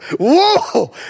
whoa